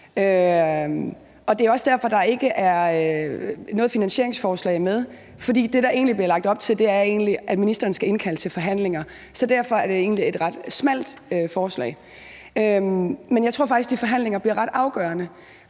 og det er også derfor, at der ikke er noget finansieringsforslag med, for det, der bliver lagt op til, er egentlig, at ministeren skal indkalde til forhandlinger. Så derfor er det egentlig et ret smalt forslag. Men jeg tror faktisk, at de forhandlinger bliver ret afgørende,